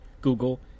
Google